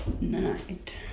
night